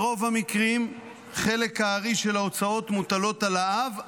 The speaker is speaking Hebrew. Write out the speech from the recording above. ברוב המקרים חלק הארי של ההוצאות מוטלות על האב,